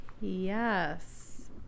yes